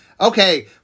okay